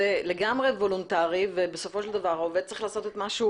זה לגמרי וולונטרי ובסופו של דבר העובד צריך לעשות את מה שהוא